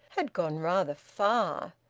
had gone rather far,